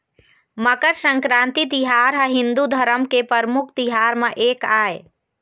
मकर संकरांति तिहार ह हिंदू धरम के परमुख तिहार म एक आय